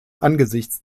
angesichts